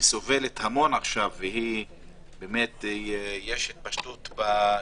שסובלת המון, ויש התפשטות בנגיף,